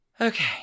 okay